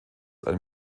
ein